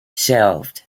shelved